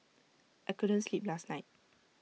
I couldn't sleep last night